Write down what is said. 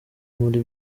muri